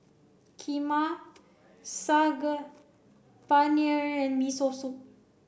Kheema Saag Paneer and Miso Soup